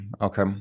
Okay